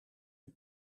een